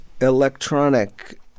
electronic